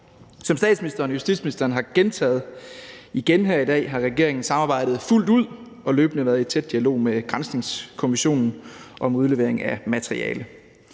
Som statsministeren og justitsministeren har gentaget igen her i dag, har regeringen samarbejdet fuldt ud og løbende været i tæt dialog med granskningskommissionen om udlevering af materiale.